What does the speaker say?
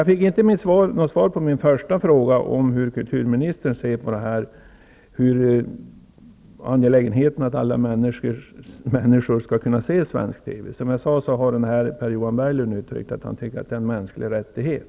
Jag fick inget svar på min första fråga om hur kulturministern ser på angelägenheten av att alla människor skall kunna se svensk TV. Som jag sade tycker Per-Johan Berglund att det är en mänsklig rättighet.